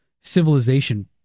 civilization